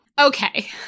Okay